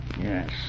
Yes